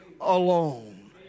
alone